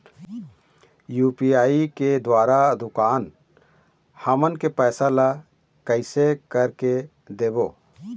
UPI के द्वारा दुकान हमन के पैसा ला कैसे कर के देबो?